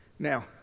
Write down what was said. Now